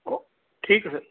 ਓ ਠੀਕ ਹੈ ਸਰ